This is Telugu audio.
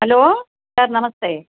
హలో సార్ నమస్తే